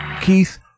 Keith